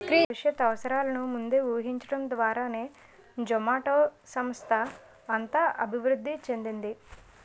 భవిష్యత్ అవసరాలను ముందే ఊహించడం ద్వారానే జొమాటో సంస్థ అంత అభివృద్ధి చెందింది